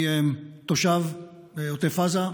אני תושב עוטף עזה,